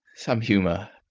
some humour,